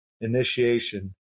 initiation